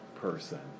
person